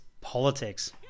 politics